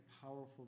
powerful